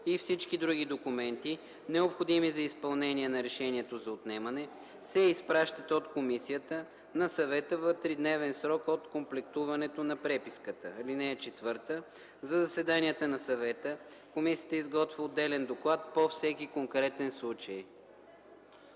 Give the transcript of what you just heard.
и всички други документи, необходими за изпълнение на решението за отнемане, се изпращат от комисията на съвета в 3-дневен срок от комплектуването на преписката. (4) За заседанията на съвета комисията изготвя отделен доклад по всеки конкретен случай.”